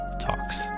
Talks